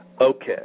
Okay